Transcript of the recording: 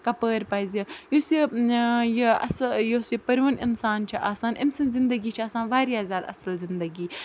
کَپٲرۍ پَزِ یُس یہِ یہِ اَصٕل یُس یہِ پٔرۍوُن اِنسان چھِ آسان أمۍ سٕنٛز زندگی چھِ آسان واریاہ زیادٕ اَصٕل زندگی